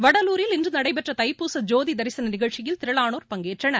வடலூரில் இன்று நடைபெற்ற தைப்பூச ஜோதி தரிசன நிகழ்ச்சியில் திரளானோர் பங்கேற்றனர்